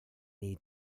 need